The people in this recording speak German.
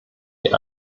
die